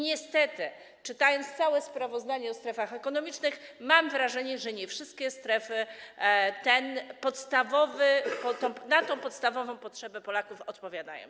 Niestety czytając całe sprawozdanie o strefach ekonomicznych, mam wrażenie, że nie wszystkie strefy na tę podstawową potrzebę Polaków odpowiadają.